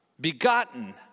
Begotten